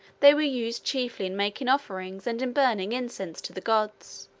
they were used chiefly in making offerings and in burning incense to the gods.